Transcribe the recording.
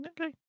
Okay